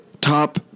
top